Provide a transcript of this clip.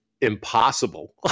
impossible